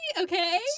Okay